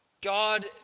God